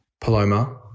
Paloma